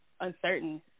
uncertain